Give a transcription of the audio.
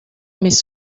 mais